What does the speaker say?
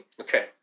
okay